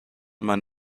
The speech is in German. man